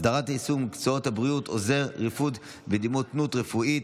(הסדרת העיסוק במקצועות הבריאות עוזר רופא ודימותנות רפואית),